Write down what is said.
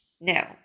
No